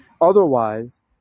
Otherwise